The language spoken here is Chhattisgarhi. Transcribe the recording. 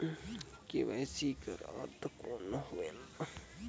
के.वाई.सी कर अर्थ कौन होएल?